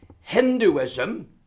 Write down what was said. Hinduism